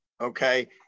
Okay